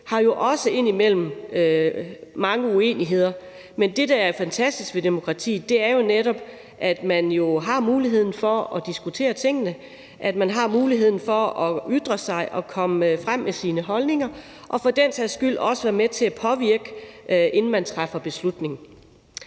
har jo indimellem mange uenigheder, men det, der er fantastisk ved demokratiet, er jo netop, at man har mulighed for at diskutere tingene, at man har muligheden for at ytre sig og komme frem med sine holdninger og for den sags skyld også være med til at påvirke tingene, inden man træffer beslutning.